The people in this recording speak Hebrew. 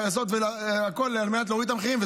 לנסות לעשות הכול על מנת להוריד את המחירים.